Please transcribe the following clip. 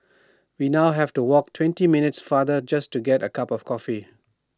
we now have to walk twenty minutes farther just to get A cup of coffee